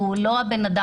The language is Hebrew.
והוא לא המלווה.